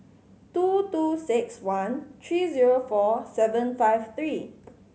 two two six one three zero four seven five three